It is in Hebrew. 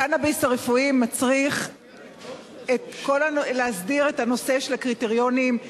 הקנאביס הרפואי מצריך הסדרה של נושא הקריטריונים,